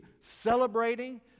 celebrating